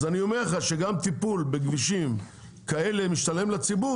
אז אני אומר לך שגם טיפול בכבישים כאלה הוא משתלם לציבור,